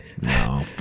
No